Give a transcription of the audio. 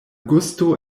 gusto